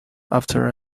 after